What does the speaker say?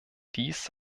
dies